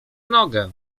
nogę